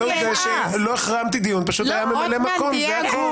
לא החרמתי דיון, פשוט היה ממלא-מקום, זה הכול.